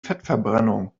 fettverbrennung